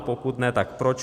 Pokud ne, tak proč?